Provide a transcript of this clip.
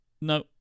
no